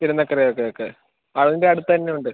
തിരുനക്കരയൊക്കെ ഒക്കെ അതിൻ്റെ അടുത്തന്നെ ഉണ്ട്